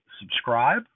subscribe